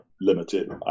limited